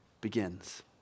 begins